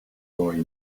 boy